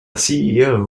ceo